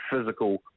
physical